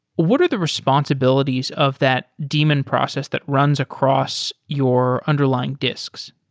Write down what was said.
what are the responsibilities of that daemon process that runs across your underlying disks?